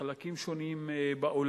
בחלקים שונים בעולם,